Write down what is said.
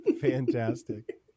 Fantastic